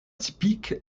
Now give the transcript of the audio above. typique